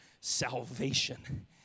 salvation